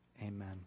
Amen